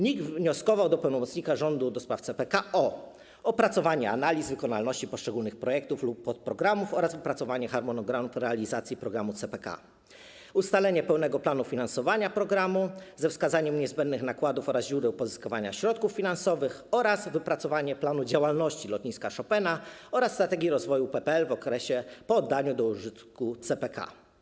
NIK wnioskował do pełnomocnika rządu do spraw CPK o opracowanie analiz wykonalności poszczególnych projektów lub podprogramów oraz wypracowanie harmonogramu realizacji programu CPK, ustalenie pełnego planu finansowania programu ze wskazaniem niezbędnych nakładów oraz źródeł pozyskiwania środków finansowych oraz wypracowanie planu działalności Lotniska Chopina oraz strategii rozwoju PPL w okresie po oddaniu do użytku CPK.